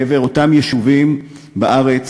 לעבר אותם יישובים בארץ,